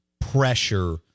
pressure